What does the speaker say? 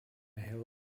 hill